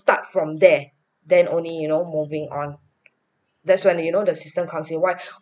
start from there then only you know moving on that's when you know the system consider why